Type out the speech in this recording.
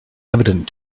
evident